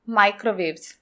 microwaves